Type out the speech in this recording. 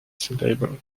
syllable